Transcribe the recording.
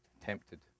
tempted